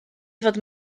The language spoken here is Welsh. fod